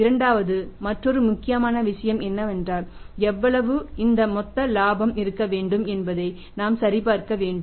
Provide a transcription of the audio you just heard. இரண்டாவது மற்றொரு முக்கியமான விஷயம் என்னவென்றால் எவ்வளவு இந்த மொத்த இலாபம் இருக்க வேண்டும் என்பதை நாம் சரிபார்க்க வேண்டும்